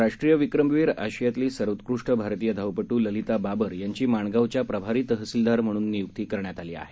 राष्ट्रीय विक्रमवीर आशियातली सर्वोत्कृष्ट भारतीय धावपट् ललिता बाबर यांची माणगावच्या प्रभारी तहसिलदार म्हणून निय्क्ती करण्यात आली आहे